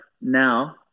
now